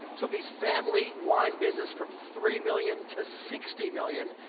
took his family wine business from three million to sixty million,